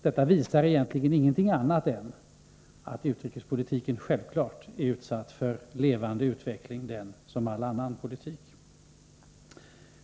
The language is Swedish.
Detta visar egentligen ingenting annat än att utrikespolitiken självfallet är stadd i levande utveckling, den som all annan politik.